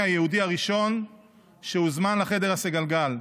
היהודי הראשון שהוזמן לחדר הסגלגל.